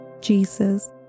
Jesus